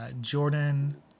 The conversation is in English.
Jordan